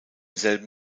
selben